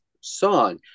song